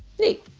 neat.